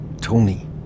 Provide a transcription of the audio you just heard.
Tony